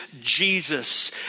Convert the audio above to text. Jesus